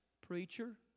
Preacher